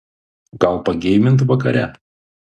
gal pageimint vakare